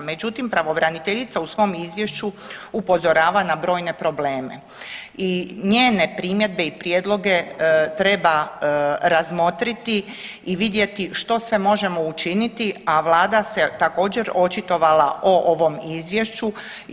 Međutim, pravobraniteljica u svom izvješću upozorava na brojne probleme i njene primjedbe i prijedloge treba razmotriti i vidjeti što sve možemo učiniti, a vlada se također očitovala o ovom izvješću.